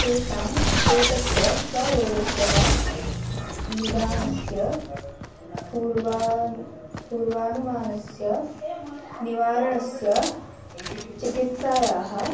तेषां चोटस्य वा रोगस्य वा निदानस्य पूर्वान् पूर्वानुमानस्य निवारणस्य चिकित्सायाः